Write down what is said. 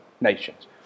nations